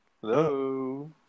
Hello